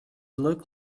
look